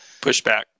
Pushback